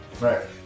Right